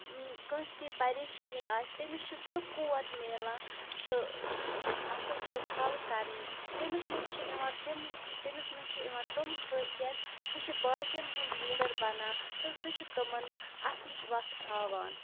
کٲنٛسہِ کینٛہہ پریشٲنی آسہِ تٔمِس چھِ سُہ قُوّت مِلان سُہ اَصٕل پٲٹھۍ حل کَرنٕچ تٔمِس منٛز چھِ یِوان تِم تٔمِس منٛز چھِ یِوان تٕم خٲصیت سُہ چھِ باقٕیَن ہُنٛد لیٖڈَر بَنان تہٕ سُہ چھِ تِمَن اَصلٕچ وَتھ ہاوان